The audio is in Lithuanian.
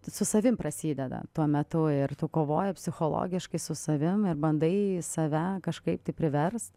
su savimi prasideda tuo metu ir tu kovoji psichologiškai su savim ir bandai save kažkaip tai priverst